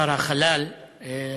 שר החלל דנון,